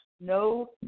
no